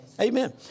Amen